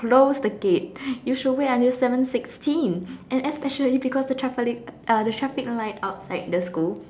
close the gate you should wait until seven sixteen and especially because the traffic uh the traffic light outside the school